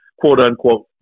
quote-unquote